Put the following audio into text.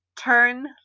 turn